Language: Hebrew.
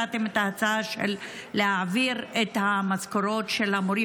והצעתם את ההצעה להעביר את המשכורות של המורים